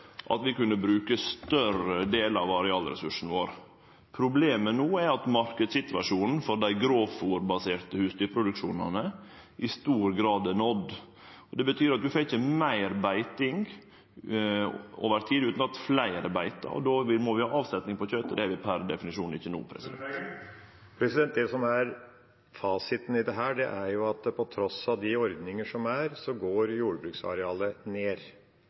at eg gjerne skulle ønskt at vi kunne bruke større delar av arealressursen vår. Problemet no er at marknadssituasjonen for dei grovfôrbaserte husdyrproduksjonane i stor grad er nådd. Det betyr at ein ikkje får meir beiting over tid utan at fleire beitar. Då må vi ha avsetnad av kjøt. Det har vi per definisjon ikkje no. Fasiten i dette er at jordbruksarealet går ned på tross av de ordninger som er. Det er beslutninger som tusenvis av